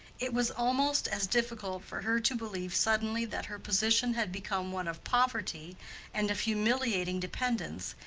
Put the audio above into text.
it was almost as difficult for her to believe suddenly that her position had become one of poverty and of humiliating dependence,